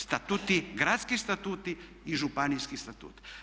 Statuti, gradski statuti i županijski statut.